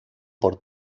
por